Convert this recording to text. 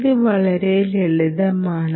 ഇത് വളരെ ലളിതമാണ്